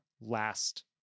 last